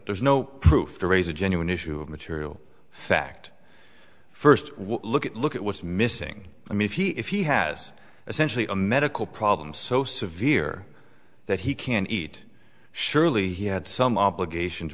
there's no proof to raise a genuine issue of material fact first look at look at what's missing i mean if he if he has essentially a medical problem so severe that he can't eat surely he had some obligation to